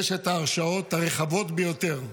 יש את ההרשאות הרחבות ביותר.